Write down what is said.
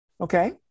Okay